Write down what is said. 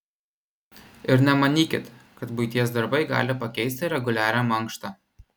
ir nemanykit kad buities darbai gali pakeisti reguliarią mankštą